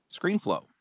ScreenFlow